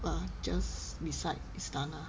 ah just beside istana